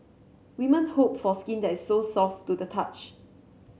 women hope for skin that is so soft to the touch